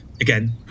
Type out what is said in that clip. Again